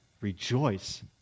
rejoice